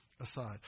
aside